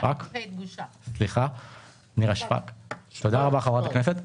תודה רבה חברת הכנסת.